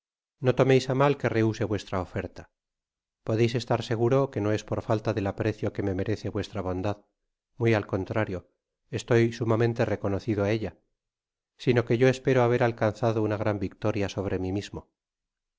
no tomeis ámal que rehuse vuestra oferta podeis estar seguro que no es por falta del aprecio que me merece vuestra bondad muy al contrario estoy sumamente reconocido á ella sino que yo espero haber alcalizado una gran victoria sobre mi mismo